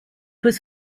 was